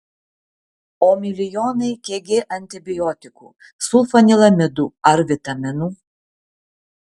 o milijonai kg antibiotikų sulfanilamidų ar vitaminų